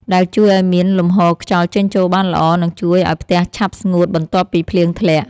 ដែលជួយឱ្យមានលំហូរខ្យល់ចេញចូលបានល្អ និងជួយឱ្យផ្ទះឆាប់ស្ងួតបន្ទាប់ពីភ្លៀងធ្លាក់។